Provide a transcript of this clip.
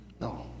No